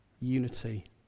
Unity